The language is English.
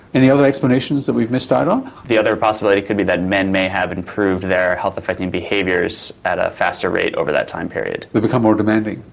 any other explanations that we've missed out on? the other possibility could be that men may have improved their health affecting behaviours at a faster rate over that time period. they become more demanding.